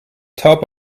top